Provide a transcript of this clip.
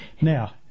Now